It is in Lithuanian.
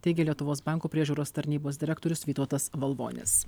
teigė lietuvos banko priežiūros tarnybos direktorius vytautas valvonis